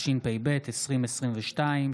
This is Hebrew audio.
התשפ"ב 2022,